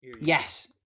Yes